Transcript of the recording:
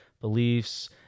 beliefs